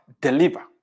deliver